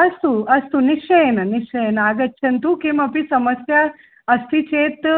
अस्तु अस्तु निश्चयेन निश्चयेन आगच्छन्तु किमपि समस्या अस्ति चेत्